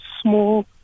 small